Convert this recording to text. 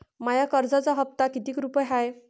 माया कर्जाचा हप्ता कितीक रुपये हाय?